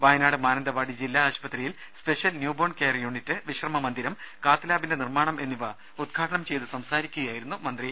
വയനാട് മാനന്തവാടി ജില്ലാ ആശുപത്രിയിൽ special newborn care unit വിശ്രമ മന്ദിരം കാത്ത്ലാബിന്റെ നിർമ്മാണം എന്നിവ ഉദ്ഘാടനം ചെയ്ത് സംസാരിക്കുകയായിരുന്നു മന്ത്രി